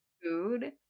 Food